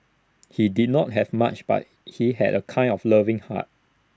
he did not have much but he had A kind of loving heart